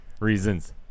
reasons